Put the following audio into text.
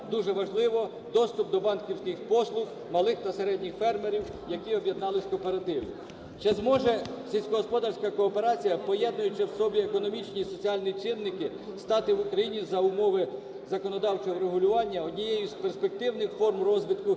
дуже важливо, доступ до банківських послуг малих та середніх фермерів, які об'єднались у кооператив. Чи зможе сільськогосподарська кооперація, поєднуючи в собі економічні і соціальні чинники, стати в Україні за умови законодавчого регулювання однією з перспективних форм розвитку